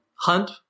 hunt